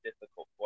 difficult